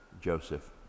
Joseph